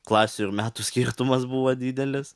klasių ir metų skirtumas buvo didelis